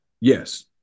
Yes